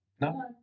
no